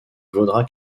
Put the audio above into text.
vaudra